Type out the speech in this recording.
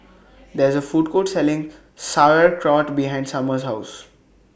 There IS A Food Court Selling Sauerkraut behind Summer's House